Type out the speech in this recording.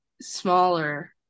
smaller